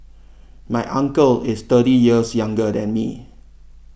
my uncle is thirty years younger than me